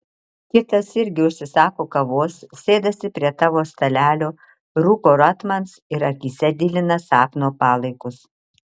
kitas irgi užsisako kavos sėdasi prie tavo stalelio rūko rotmans ir akyse dilina sapno palaikus